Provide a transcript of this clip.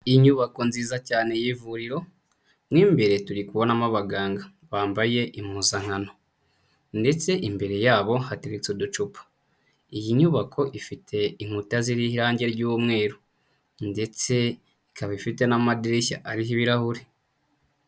inyubako nziza cyane y'ivuriro mo imbere turi kubonamo abaganga bambaye impuzankano ndetse imbere ya bo hateretse uducupa, iyi nyubako ifite inkuta ziriho irange ry'umweru ndetse ikaba ifite n'amadirishya ariho ibirahure.